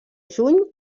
juny